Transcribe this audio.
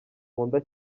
nkunda